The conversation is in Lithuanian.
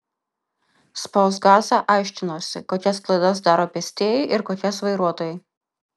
spausk gazą aiškinosi kokias klaidas daro pėstieji ir kokias vairuotojai